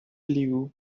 blew